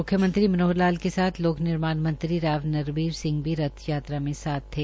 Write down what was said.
मुख्यमंत्री मनोहर लाल के साथ हरियाणा के लोक निर्माण मन्त्री राव नरबीर सिंह भी रथ यात्रा में साथ थे